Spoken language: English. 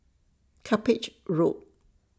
Cuppage Road